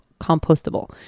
compostable